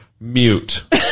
mute